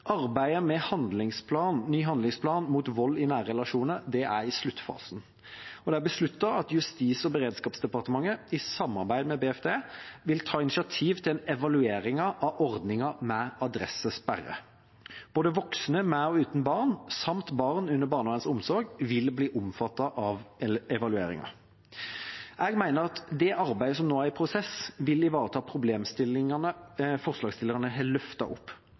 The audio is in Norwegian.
Arbeidet med ny handlingsplan mot vold i nære relasjoner er i sluttfasen, og det er besluttet at Justis- og beredskapsdepartementet i samarbeid med Barne- og familiedepartementet vil ta initiativ til en evaluering av ordningen med adressesperre. Både voksne med og uten barn samt barn under barnevernets omsorg vil bli omfattet av evalueringer. Jeg mener at det arbeidet som nå er i prosess, vil ivareta problemstillingene forslagsstillerne har løftet opp.